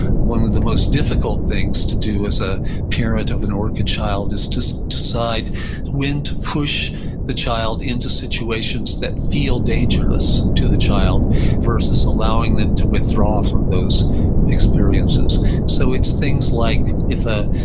one of the most difficult things to do as a parent of an orchid child is to decide when to push the child into situations that feel dangerous to the child versus allowing them to withdraw from those experiences so it's things like if a,